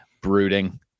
brooding